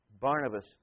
Barnabas